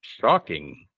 shocking